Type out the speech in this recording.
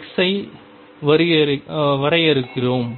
x ஐ வரையறுக்கிறோம்